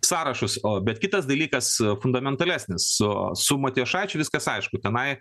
sąrašus o bet kitas dalykas fundamentalesnis o su matijošaičiu viskas aišku tenai